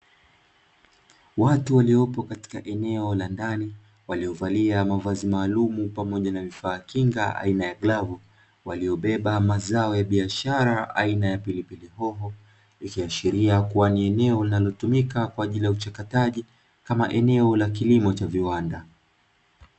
Watu waliopo katika eneo la ndani waliovalia mavazi maalumu pamoja na vifaa kinga aina ya glavu, waliobeba mazao ya biashara aina ya pilipili hoho. Ikiashiria kuwa ni eneo linalotumika kwa ajili uchakataji kama eneo la kilimo cha viwanda.